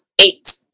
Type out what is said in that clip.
eight